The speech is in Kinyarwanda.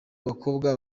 abakobwa